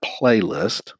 playlist